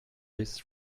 this